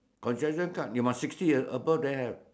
concession card you must sixty and above then have